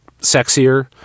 sexier